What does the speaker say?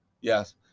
Yes